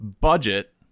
budget